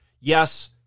yes